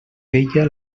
veia